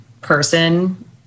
person